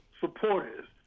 supporters